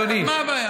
הוא אומר,